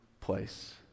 place